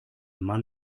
mann